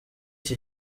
iki